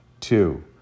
Two